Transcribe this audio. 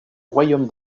royaume